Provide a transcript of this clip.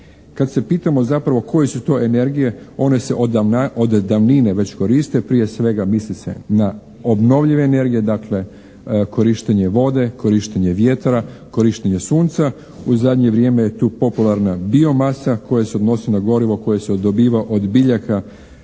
Kad se pitamo zapravo koje su to energije one se od davnine već koriste, prije svega misli se na obnovljive energije. Dakle korištenje vode, korištenje vjetra, korištenje sunca. U zadnje vrijeme je tu popularna bio masa koja se odnosi na gorivo koje se dobiva od biljaka,